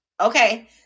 okay